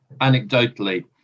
anecdotally